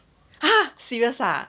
!huh! serious ah